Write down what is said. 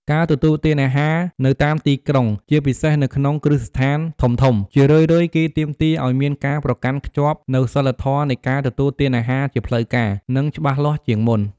ការទទួលទានអាហារនៅតាមទីក្រុង ជាពិសេសនៅក្នុងគ្រឹះស្ថានធំៗ ជារឿយៗគេទាមទារឱ្យមានការប្រកាន់ខ្ជាប់នូវសីលធម៌នៃការទទួលទានអាហារជាផ្លូវការ និងច្បាស់លាស់ជាងមុន។